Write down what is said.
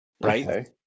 right